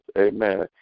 Amen